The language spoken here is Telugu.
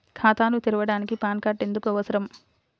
ఖాతాను తెరవడానికి పాన్ కార్డు ఎందుకు అవసరము?